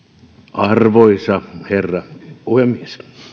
arvoisa herra puhemies